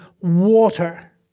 water